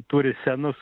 turi senus